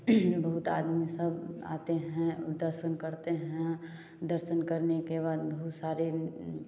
बहुत आदमी सब आते हैं और दर्शन करते हैं दर्शन करने के बाद बहुत सारे